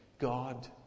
God